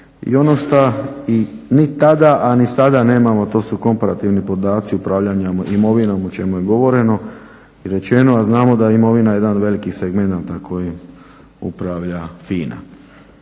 I ono šta ni tada, a ni sada nemamo to su komparativni podaci upravljanja imovinom o čemu je govoreno i rečeno, a znamo da je imovina jedan od velikih segmenata kojim upravlja FINA.